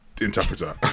interpreter